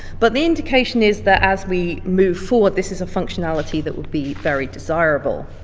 but the indication is that as we move forward this is a functionality that would be very desirable.